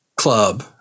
club